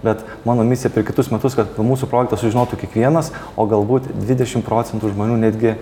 bet mano misija per kitus metus kad mūsų projektą sužinotų kiekvienas o galbūt dvidešim procentų žmonių netgi